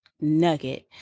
nugget